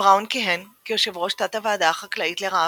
בראון כיהן כיו"ר תת-הוועדה החקלאית לרעב,